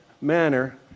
manner